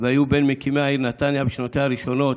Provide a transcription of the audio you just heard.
והיו ממקימי העיר נתניה בשנותיה הראשונות.